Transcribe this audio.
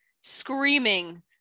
screaming